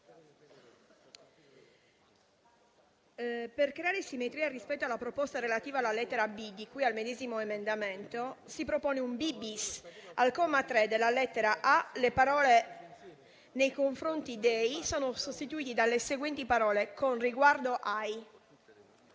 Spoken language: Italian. Per creare simmetria rispetto alla proposta relativa alla lettera b) di cui al medesimo emendamento, si propone una lettera b-*bis)*: "*al comma 3, lettera a),* *le parole* «nei confronti dei» *sono sostituite dalle seguenti parole*: «con riguardo ai»".